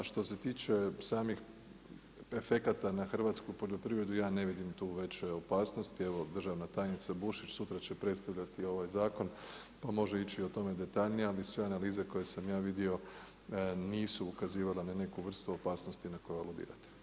A što se tiče samih efekata na hrvatsku poljoprivredu, ja ne vidim tu veću opasnosti, evo državna tajnica Bušić, sutra će predstavljati ovaj zakon, pa može ići o tome detaljnije, ali sve analize koje sam ja vidio, nisu ukazivale na neku vrstu opasnosti na koju abolirate.